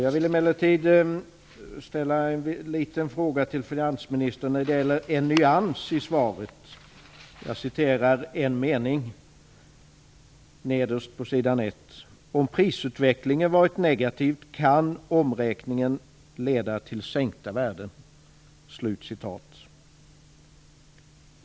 Jag vill emellertid ställa en fråga till finansministern när det gäller en nyans i svaret. Jag citerar en mening nederst på s. 1: "Om prisutvecklingen varit negativ kan omräkningen leda till sänkta värden."